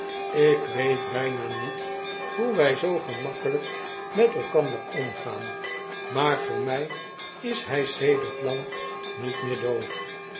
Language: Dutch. ik weet bijna niet hoe wy zoo gemakkelyk met elkander omgaan maar voor my is hj sedert lang niet meer doof